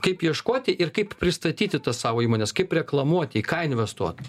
kaip ieškoti ir kaip pristatyti tas savo įmones kaip reklamuoti į ką investuot